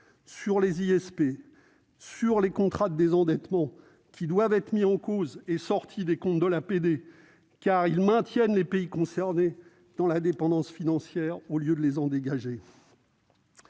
privé (ISP) et les contrats de désendettement, lesquels doivent être mis en cause et sortis des comptes de l'APD, car ils maintiennent les pays concernés dans la dépendance financière au lieu de les en dégager.